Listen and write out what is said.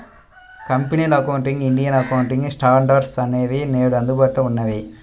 కంపెనీల accounting, Indian accounting standards అనేవి నేడు అందుబాటులో ఉన్నాయి